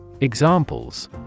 Examples